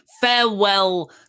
Farewell